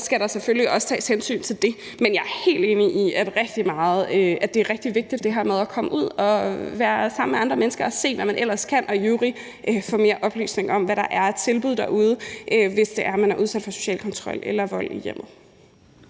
så skal der selvfølgelig også tages hensyn til det. Men jeg er helt enig i, at det er rigtig vigtigt at komme ud og være sammen med andre mennesker og se, hvad man ellers kan, og i øvrigt få mere oplysning om, hvad der er af tilbud derude, hvis man er udsat for social kontrol eller vold i hjemmet.